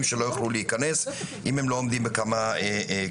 שלא יוכלו להיכנס אם הם לא עומדים בכמה קריטריונים.